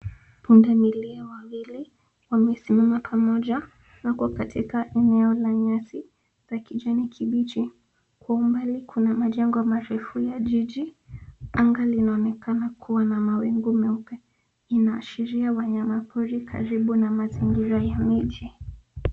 Pundamilia wawili wamesimama pamoja wako katika eneo la nyasi na kijani kibichi. Kwa umbali kuna majengo marefu ya jiji. Anga linaonekana kuwa na mawingu meupe. Inaashiria wanyama pori karibu na mazingira ya miji.